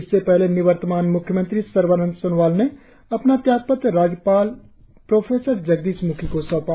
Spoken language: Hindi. इससे पहले निवर्तमान म्ख्यमंत्री सर्बानंद सोनोवाल ने अपना त्यागपत्र राज्यपाल प्रोफेसर जगदीश म्खी को सौंपा